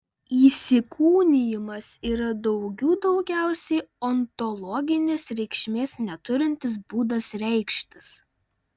įsikūnijimas yra daugių daugiausiai ontologinės reikšmės neturintis būdas reikštis